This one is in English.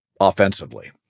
offensively